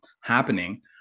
happening